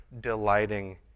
delighting